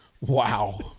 Wow